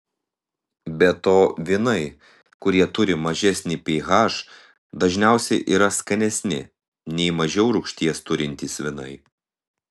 be to vynai kurie turi mažesnį ph dažniausiai yra skanesni nei mažiau rūgšties turintys vynai